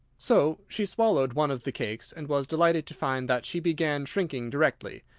so she swallowed one of the cakes, and was delighted to find that she began shrinking directly.